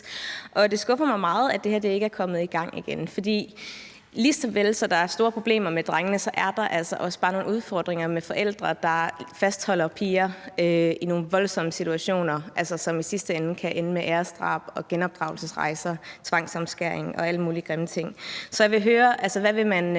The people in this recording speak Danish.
Det skuffer mig meget, at det her ikke er kommet i gang igen, for lige såvel som der er store problemer med drengene, er der altså også bare nogle udfordringer med forældre, der fastholder piger i nogle voldsomme greb, som i sidste ende kan ende med æresdrab, genopdragelsesrejser, tvangsomskæring og alle mulige andre grimme ting. Så jeg vil høre, hvad man